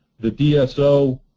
the dso